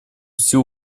всю